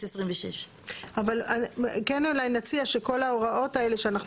2026. אבל כן אולי נציע שכל ההוראות האלה שאנחנו